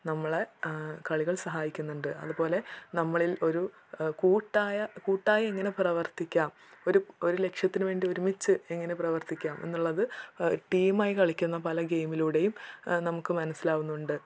നമ്മളെ കളികൾ സഹായിക്കുന്നുണ്ട് അതു പോലെ നമ്മളിൽ ഒരു കൂട്ടായ കൂട്ടായി എങ്ങനെ പ്രവർത്തിക്കാം ഒരു ഒരു ലക്ഷ്യത്തിന് വേണ്ടി ഒരുമിച്ച് എങ്ങനെ പ്രവർത്തിക്കാം എന്നുളളത് ടീമായി കളിക്കുന്ന പല ഗെയിമിലൂടെയും നമുക്ക് മനസ്സിലാവുന്നുണ്ട്